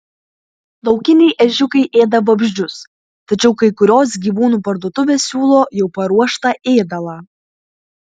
laukiniai ežiukai ėda vabzdžius tačiau kai kurios gyvūnų parduotuvės siūlo jau paruoštą ėdalą